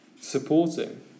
supporting